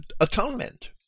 atonement